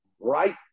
right